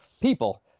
people